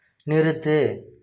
நிறுத்து